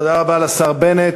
תודה רבה לשר בנט.